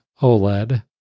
OLED